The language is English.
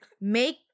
make